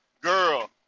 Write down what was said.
girl